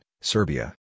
Serbia